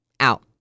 out